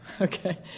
Okay